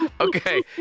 Okay